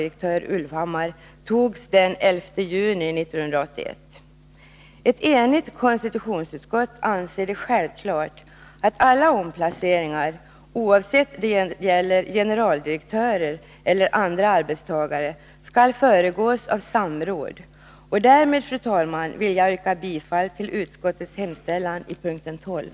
Ett enigt konstitutionsutskott anser det självklart att alla omplaceringar, oavsett det gäller generaldirektörer eller andra arbetstagare, skall föregås av samråd. Därmed, fru talman, ansluter jag mig till vad utskottet har anfört i punkten 12.